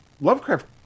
Lovecraft